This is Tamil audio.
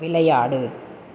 விளையாடு